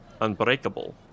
Unbreakable